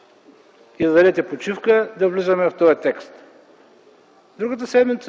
и да дадете почивка, да влизаме в този текст. Другата седмица